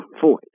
void